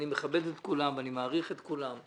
אני מכבד את כולם ואני מעריך את כולם,